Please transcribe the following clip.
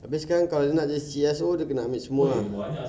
abeh kalau dia sekarang nak jadi C_S_O dia nak kena ambil